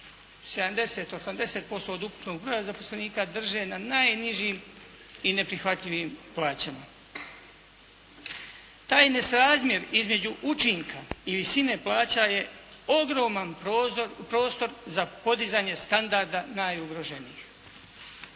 70, 80% od ukupnog broja zaposlenika drže na najnižim i neprihvatljivim plaćama. Taj nesrazmjer između učinka i visine plaća je ogroman prostor za podizanje standarda najugroženijih.